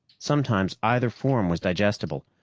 sometimes either form was digestible,